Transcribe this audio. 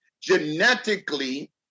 genetically